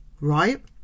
right